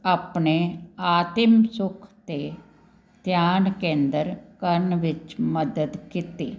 ਆਪਣੇ ਆਤਿਮ ਸੁੱਖ 'ਤੇ ਧਿਆਨ ਕੇਂਦਰ ਕਰਨ ਵਿੱਚ ਮਦਦ ਕੀਤੀ